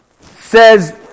says